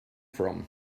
from